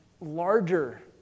larger